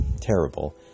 terrible